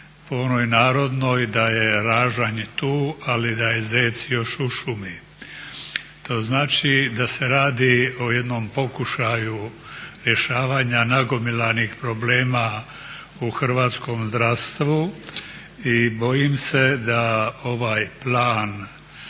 po onoj narodnoj da je ražanj tu ali da je zec još u šumi. To znači da se radi o jednom pokušaju rješavanja nagomilanih problema u hrvatskom zdravstvu i bojim se da ovaj